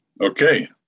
Okay